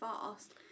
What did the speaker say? fast